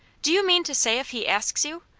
do you mean to say if he asks you?